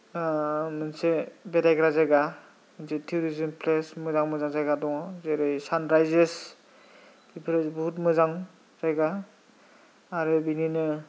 मोनसे बेरायग्रा जायगा जे टुरिजोम प्लेस मोजां मोजां जायगा दङ जेरै सानरइजे बेफोरो बुहुद मोजां जायगा आरो बिनिनो